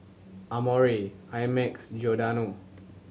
Amore I Max Giordano